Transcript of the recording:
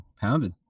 pounded